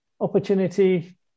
opportunity